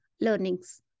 learnings